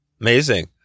Amazing